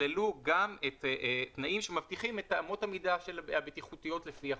יכללו גם תנאים שמבטיחים את אמות המידה הבטיחותיות לפי החוק.